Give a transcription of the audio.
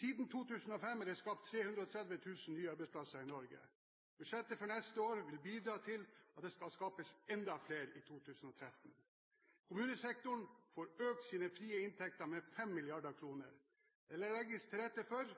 Siden 2005 har det blitt skapt 330 000 nye arbeidsplasser i Norge. Budsjettet for neste år vil bidra til at det skal skapes enda flere i 2013. Kommunesektoren får økt sine frie inntekter med 5 mrd. kr. Det legges til rette for